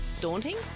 Daunting